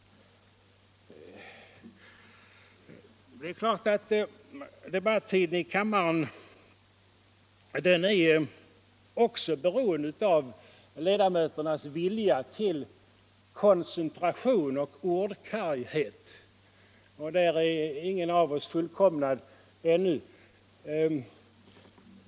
Det är klart att debattiden i kammaren också är beroende av ledamöternas vilja till koncentration och ordkarghet. Därvidlag är ingen av oss fullkomnad ännu.